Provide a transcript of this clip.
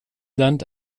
land